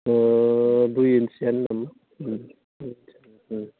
दुइ इन्सिआनो नामा दुइ